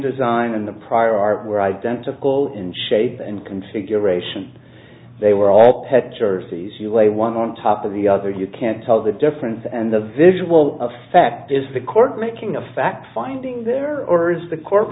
design and the prior art were identical in shape and configuration they were all had jerseys you lay one on top of the other you can't tell the difference and the visual effect is the court making a fact finding there or is the cor